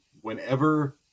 whenever